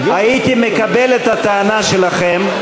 הייתי מקבל את הטענה שלכם,